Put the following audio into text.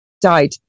died